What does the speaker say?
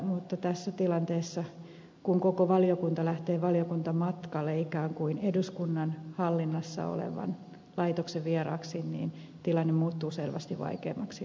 mutta tässä tilanteessa kun koko valiokunta lähtee valiokuntamatkalle ikään kuin eduskunnan hallinnassa olevan laitoksen vieraaksi tilanne muuttuu selvästi vaikeammaksi arvioida